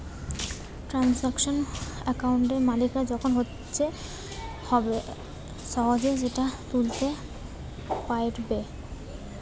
transaction অ্যাকাউন্টে মালিকরা যখন ইচ্ছে হবে সহেজে টাকা তুলতে পাইরবে